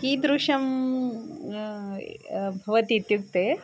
कीदृशं भवति इत्युक्ते